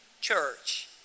church